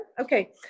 Okay